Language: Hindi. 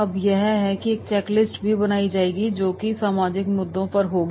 अब यहां पर एक चेक लिस्ट भी बनाई जाएगी जो कि सामाजिक मुद्दों पर होगी